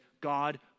God